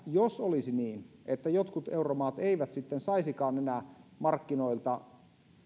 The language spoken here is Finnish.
jos olisi niin että jotkut euromaat eivät sitten saisikaan enää markkinoilta